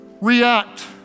react